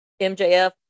MJF